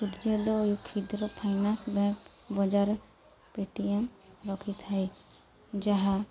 ସୂର୍ଯ୍ୟୋଦୟ କ୍ଷୁଦ୍ର finance bank ବଜାର ପେଟିଏମ୍ ରଖିଥାଏ ଯାହା